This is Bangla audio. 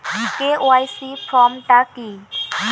কে.ওয়াই.সি ফর্ম টা কি?